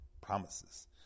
promises